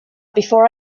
before